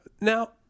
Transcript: Now